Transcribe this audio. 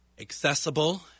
accessible